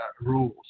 rules